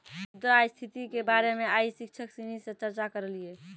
मुद्रा स्थिति के बारे मे आइ शिक्षक सिनी से चर्चा करलिए